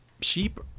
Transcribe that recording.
Sheep